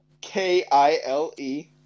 K-I-L-E